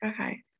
Okay